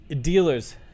dealers